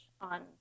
on